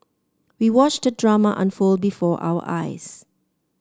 we watched the drama unfold before our eyes